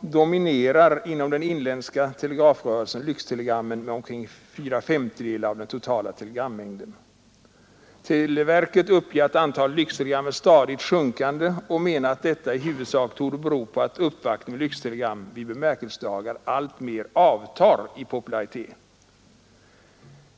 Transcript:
dominerar inom den inländska telegramrörelsen lyxtelegram, som utgör ungefär fyra femtedelar av den totala telegrammängden. Televerket uppger att antalet lyxtelegram stadigt sjunker och menar att detta i huvudsak torde bero på att uppvaktning med lyxtelegram på bemärkelsedagar alltmer avtar i popularitet.